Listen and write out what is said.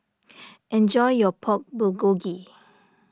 enjoy your Pork Bulgogi